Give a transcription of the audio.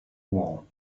wall